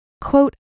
Quote